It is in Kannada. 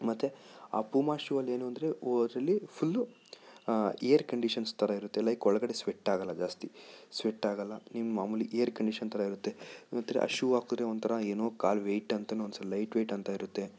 ಮತ್ತು ಆ ಪೂಮ ಶೂ ಅಲ್ಲಿ ಏನೂಂದ್ರೆ ಅದರಲ್ಲಿ ಫುಲ್ಲು ಏರ್ ಕಂಡೀಷನ್ಸ್ ಥರ ಇರುತ್ತೆ ಲೈಕ್ ಒಳಗಡೆ ಸ್ವೆಟ್ ಆಗೋಲ್ಲ ಜಾಸ್ತಿ ಸ್ವೆಟ್ ಆಗೋಲ್ಲ ನಿಮ್ಮ ಮಾಮೂಲಿ ಏರ್ ಕಂಡೀಷನ್ ಥರ ಇರುತ್ತೆ ಆ ಶೂ ಹಾಕಿದ್ರೆ ಒಂಥರ ಏನೋ ಕಾಲು ವೇಯ್ಟ್ ಅಂತಲೂ ಅನ್ಸೋಲ್ಲ ಲೈಟ್ ವೇಯ್ಟ್ ಅಂತ ಇರುತ್ತೆ